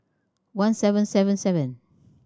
one seven seven seven